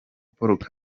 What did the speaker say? paul